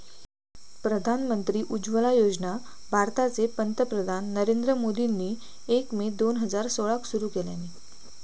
प्रधानमंत्री उज्ज्वला योजना भारताचे पंतप्रधान नरेंद्र मोदींनी एक मे दोन हजार सोळाक सुरू केल्यानी